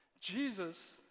Jesus